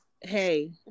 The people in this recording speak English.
hey